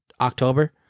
October